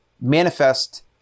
manifest